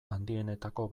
handienetako